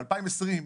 ב-2020,